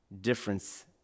difference